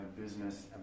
business